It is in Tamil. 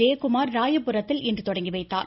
ஜெயகுமார் ராயபுரத்தில் இன்று தொடங்கிவைத்தார்